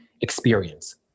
experience